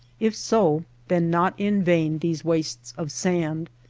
if so, then not in vain these wastes of sand.